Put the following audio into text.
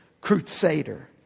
crusader